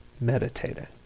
meditating